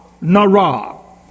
Nara